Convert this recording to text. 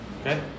Okay